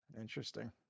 Interesting